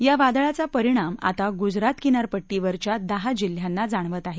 या वादळाचा परिणाम आता गुजरात किनारपट्टीवरच्या दहा जिल्ह्यांना जाणवत आहे